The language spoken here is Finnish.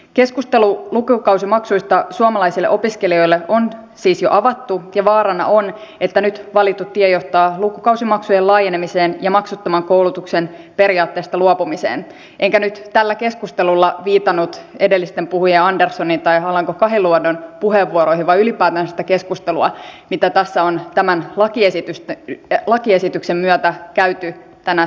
keskustelu lukukausimaksuista suomalaisille opiskelijoille on siis jo avattu ja vaarana on että nyt valittu tie johtaa lukukausimaksujen laajenemiseen ja maksuttoman koulutuksen periaatteesta luopumiseen enkä nyt tällä keskustelulla viitannut edellisten puhujien anderssonin tai alanko kahiluodon puheenvuoroihin vaan ylipäätään tähän keskusteluun mitä tässä on tämän lakiesityksen myötä käyty tänä syksynä